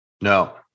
No